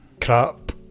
crap